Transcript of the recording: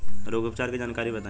रोग उपचार के जानकारी बताई?